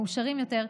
מאושרים יותר,